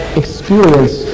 experience